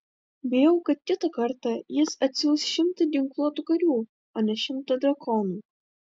bijau kad kitą kartą jis atsiųs šimtą ginkluotų karių o ne šimtą drakonų